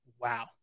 wow